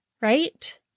right